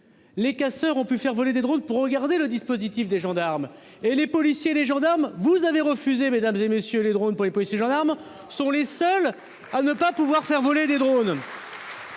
Les casseurs ont pu faire voler des drone pour regarder le dispositif des gendarmes et les policiers, les gendarmes vous avez refusé mesdames et messieurs les drone pour les policiers, gendarmes, sont les seuls. À ne pas pouvoir faire voler des drone.